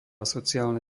sociálne